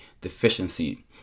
deficiency